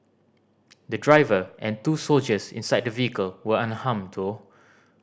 the driver and two soldiers inside the vehicle were unharmed though